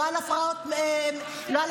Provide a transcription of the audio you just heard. לא על הפרעת אכילה,